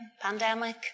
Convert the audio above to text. pandemic